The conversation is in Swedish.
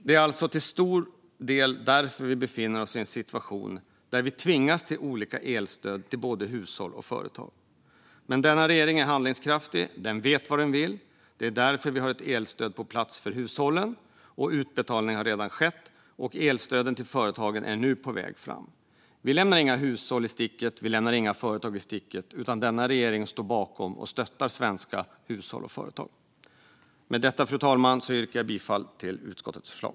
Det är alltså till stor del därför vi befinner oss i en situation där vi tvingas ge elstöd till både hushåll och företag. Denna regering är dock handlingskraftig och vet vad den vill. Det är därför vi har ett elstöd på plats för hushållen där utbetalning redan har skett och ett elstöd till företagen som nu är på väg fram. Vi lämnar varken hushåll eller företag i sticket, utan denna regering står bakom och stöttar svenska hushåll och företag. Fru talman! Med detta yrkar jag bifall till utskottets förslag.